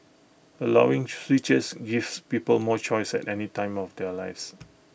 allowing switches gives people more choice at any time of their lives